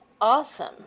Awesome